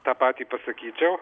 tą patį pasakyčiau